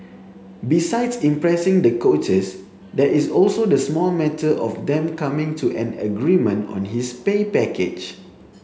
besides impressing the coaches there is also the small matter of them coming to an agreement on his pay package